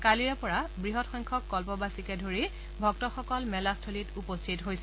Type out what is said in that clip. কালিৰে পৰা বৃহৎসংখ্যক কল্পবাচীকে ধৰি ভক্তসকল মেলা স্থলীত উপস্থিত হৈছে